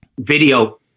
video